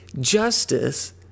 Justice